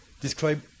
describe